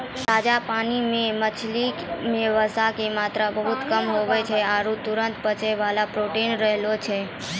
ताजा पानी के मछली मॅ वसा के मात्रा बहुत कम होय छै आरो तुरत पचै वाला प्रोटीन रहै छै